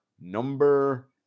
number